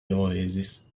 oasis